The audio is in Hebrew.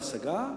דיור בר-השגה,